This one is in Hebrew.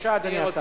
בבקשה, אדוני השר.